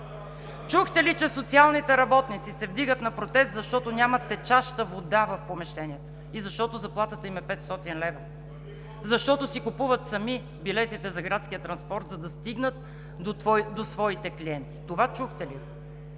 Чухте ли, че социалните работници се вдигат на протест, защото нямат течаща вода в помещенията и защото заплатата им е 500 лв., и защото си купуват сами билетите за градския транспорт, за да стигнат до своите клиенти? Това чухте ли